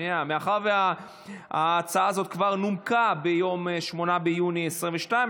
מאחר שההצעה כבר נומקה ב-8 ביוני 2022,